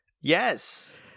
Yes